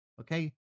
Okay